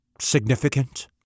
significant